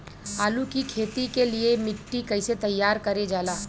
आलू की खेती के लिए मिट्टी कैसे तैयार करें जाला?